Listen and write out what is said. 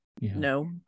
No